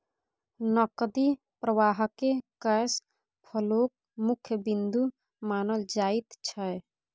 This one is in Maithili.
नकदी प्रवाहकेँ कैश फ्लोक मुख्य बिन्दु मानल जाइत छै